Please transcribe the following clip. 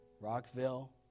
Rockville